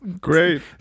great